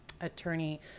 attorney